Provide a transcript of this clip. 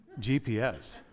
GPS